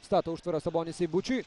stato užtvarą sabonis seibučiui